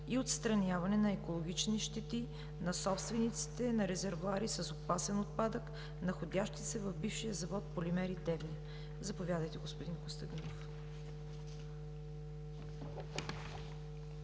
и отстраняване на екологични щети на собствениците на резервоари с опасен отпадък, находящи се в бившия завод „Полимери“ ¬– Девня. Заповядайте, господин Костадинов.